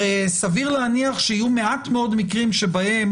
הרי סביר להניח שיהיו מעט מאוד מקרים שבהם